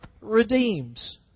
redeems